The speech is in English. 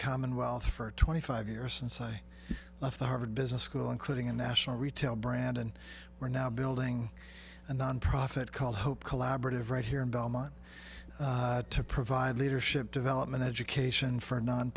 commonwealth for twenty five years since i left the harvard business school including a national retail brand and we're now building a nonprofit called hope collaborative right here in belmont to provide leadership development education for non